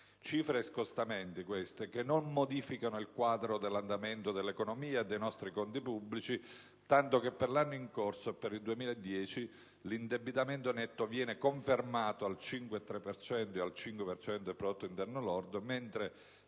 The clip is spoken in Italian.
cifre e scostamenti che non modificano il quadro dell'andamento dell'economia e dei nostri conti pubblici, tanto che per l'anno in corso e per il 2010 l'indebitamento netto viene confermato al 5,3 e al 5 per cento del PIL, mentre